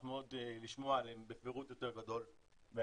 מאוד לשמוע עליהם בפירוט יותר גדול בהמשך,